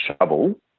Shovel